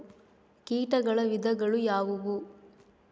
ಕೇಟಗಳ ವಿಧಗಳು ಯಾವುವು?